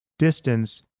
distance